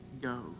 Go